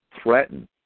threaten